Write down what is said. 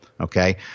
okay